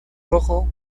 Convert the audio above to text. rojo